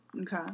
okay